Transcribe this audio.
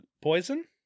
poison